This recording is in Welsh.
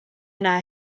yna